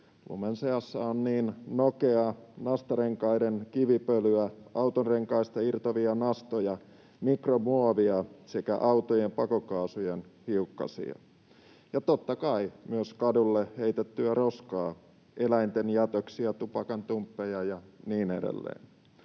Lumen seassa on niin nokea, nastarenkaiden kivipölyä, autonrenkaista irtoavia nastoja, mikromuovia kuin autojen pakokaasujen hiukkasia — ja totta kai myös kadulle heitettyä roskaa, eläinten jätöksiä, tupakantumppeja ja niin edelleen.